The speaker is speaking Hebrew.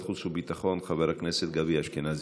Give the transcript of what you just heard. החוץ וביטחון חבר הכנסת גבי אשכנזי.